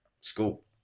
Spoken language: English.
school